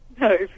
No